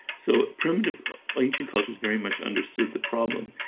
so primitive ancient cultures very much understood the problem.